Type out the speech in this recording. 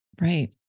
right